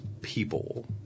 people